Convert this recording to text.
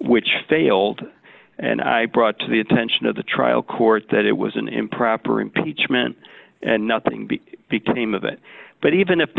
which failed and i brought to the attention of the trial court that it was an improper impeachment and nothing the became of it but even if the